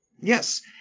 Yes